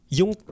yung